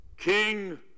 king